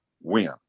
win